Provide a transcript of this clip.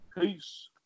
Peace